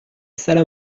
salle